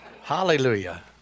Hallelujah